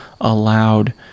allowed